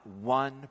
one